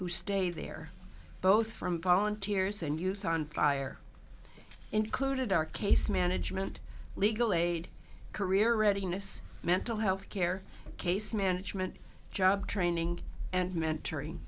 who stay there both from volunteers and youth on fire included our case management legal aid career readiness mental health care case management job training and mentoring